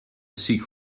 seek